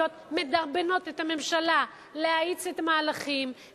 מדרבנות את הממשלה להאיץ את המהלכים,